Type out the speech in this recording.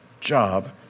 job